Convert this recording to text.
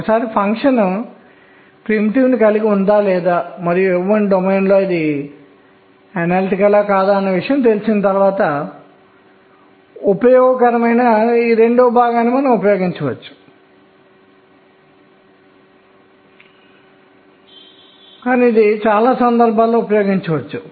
ఈ విషయాలన్నీ భద్రపరచబడాలి ఇవి ప్రయోగాత్మక వాస్తవాలు పేర్కొన్న ఈ సూత్రాలను ఉపయోగించి వివరించబడ్డాయి